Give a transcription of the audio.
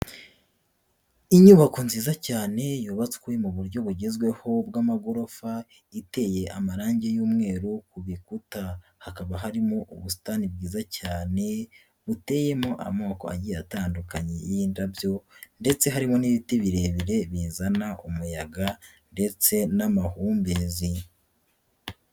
Inyubako nziza cyane yubatswe mu buryo bugezweho bw'amagorofa iteye amarangi y'umweru ku bikuta, hakaba harimo ubusitani bwiza cyane buteyemo amoko agiye atandukanye y'indabyo ndetse harimo n'ibiti birebire bizana umuyaga ndetse n'amahumbezi.